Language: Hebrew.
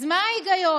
אז מה ההיגיון?